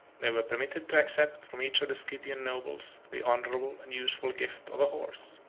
they were permitted to accept from each of the scythian nobles the honorable and useful gift of a horse.